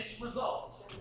results